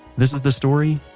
this is the story,